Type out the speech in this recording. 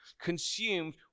consumed